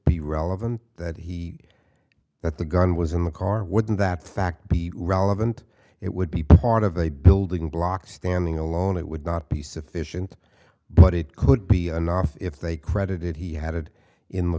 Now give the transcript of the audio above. be relevant that he that the gun was in the car wouldn't that fact be relevant it would be part of a building block standing alone it would not be sufficient but it could be an off if they credited he had it in the